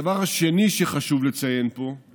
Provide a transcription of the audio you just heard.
הדבר השני שחשוב לציין פה הוא